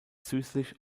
süßlich